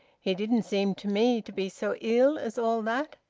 he didn't seem to me to be so ill as all that.